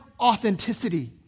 authenticity